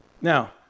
Now